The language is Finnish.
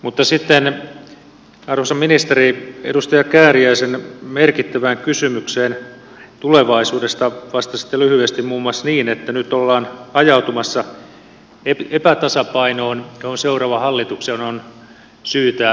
mutta sitten arvoisa ministeri edustaja kääriäisen merkittävään kysymykseen tulevaisuudesta vastasitte lyhyesti muun muassa niin että nyt ollaan ajautumassa epätasapainoon johon seuraavan hallituksen on syytä ehdottomasti reagoida